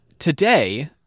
Today